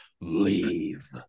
Leave